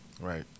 Right